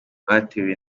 batewe